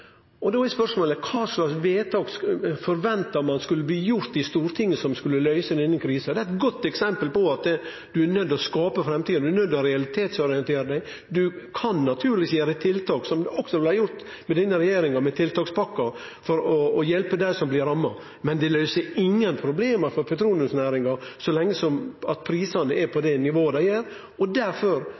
spørsmålet: Kva for vedtak forventar ein at skulle bli gjorde i Stortinget, som skulle løyse denne krisa? Det er eit godt eksempel på at ein er nøydd til å skape framtida. Ein er nøydd til å realitetsorientere seg. Ein kan naturlegvis gjere tiltak, slik det òg blei gjort av denne regjeringa med tiltakspakkar for å hjelpe dei som blir ramma, men det løyser ingen problem for petroleumsnæringa så lenge prisane er på det nivået dei